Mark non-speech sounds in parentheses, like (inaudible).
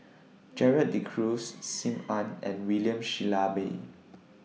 (noise) Gerald De Cruz SIM Ann and William Shellabear